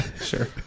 Sure